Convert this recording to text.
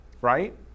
right